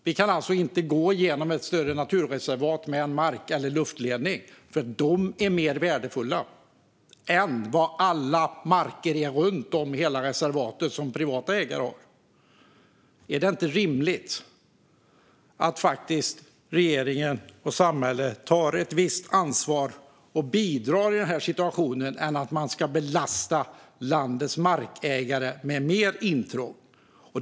Man kan alltså inte låta en mark eller luftledning gå genom ett större naturreservat, eftersom det är mer värdefullt än vad alla privatägda marker runt omkring hela reservatet är. Är det inte rimligt att regeringen och samhället tar ett visst ansvar och bidrar i denna situation i stället för att belasta landets markägare med mer intrång?